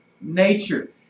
nature